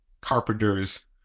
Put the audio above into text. carpenters